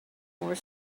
more